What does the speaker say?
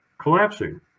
collapsing